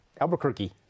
Albuquerque